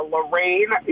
Lorraine